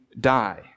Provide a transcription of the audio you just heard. die